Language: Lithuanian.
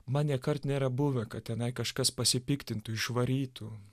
man nėkart nėra buvę kad tenai kažkas pasipiktintų išvarytų